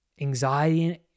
anxiety